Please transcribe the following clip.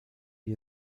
jej